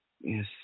Yes